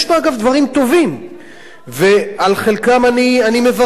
דברים טובים ועל חלקם אני מברך,